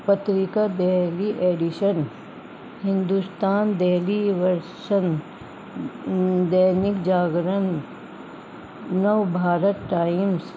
Patrika Delhi edition Hindustan Delhi version Dainik Jagran Navbharat Times